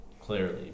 clearly